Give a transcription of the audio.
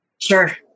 Sure